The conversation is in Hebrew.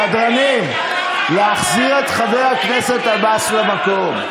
סדרנים, להחזיר את חבר הכנסת עבאס למקום.